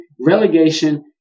relegation